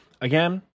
Again